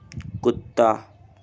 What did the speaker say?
कुत्ता